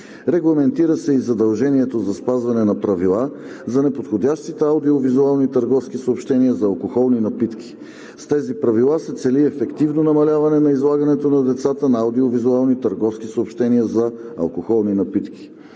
Регламентира се и задължението за спазване на правила за неподходящите аудиовизуални търговски съобщения за алкохолни напитки. С тези правила се цели ефективно намаляване на излагането на децата на аудиовизуални търговски съобщения за алкохолни напитки.